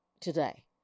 today